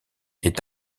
est